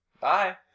Bye